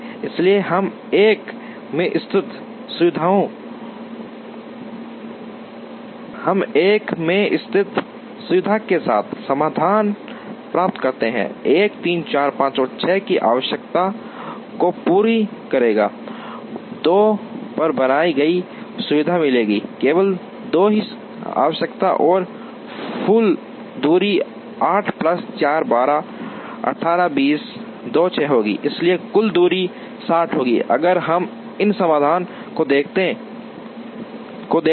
इसलिए हम 1 में स्थित सुविधा के साथ समाधान प्राप्त करते हैं 1 3 4 5 और 6 की आवश्यकताओं को पूरा करेंगे 2 पर बनाई गई सुविधा मिलेंगी केवल 2 की आवश्यकताएं और कुल दूरी 8 प्लस 4 12 18 20 2 6 होगी इसलिए कुल दूरी 60 होगी अगर हम इस समाधान को देखें